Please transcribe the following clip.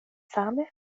same